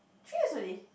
three years only